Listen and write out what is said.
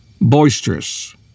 boisterous